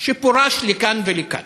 שפוּרש לכאן ולכאן,